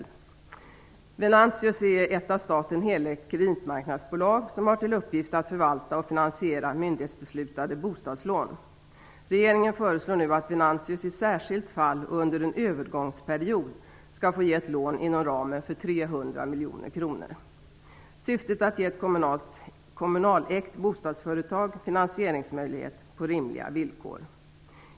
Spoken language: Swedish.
Venantius är ett av staten helägt kreditmarknadsbolag, som har till uppgift att förvalta och finansiera myndighetsbeslutade bostadslån. Regeringen föreslår nu att Venantius i särskilt fall och under en övergångsperiod skall få ge ett lån inom ramen för 300 miljoner kronor. Syftet är att ge ett kommunalägt bostadsföretag finansieringsmöjlighet på rimliga villkor.